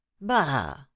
bah